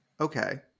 Okay